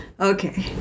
Okay